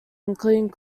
including